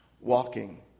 walking